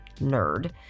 nerd